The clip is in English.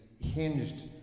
hinged